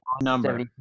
number